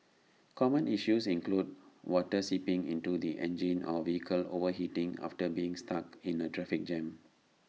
common issues include water seeping into the engine or vehicles overheating after being stuck in A traffic jam